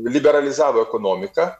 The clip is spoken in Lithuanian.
liberalizavo ekonomiką